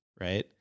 right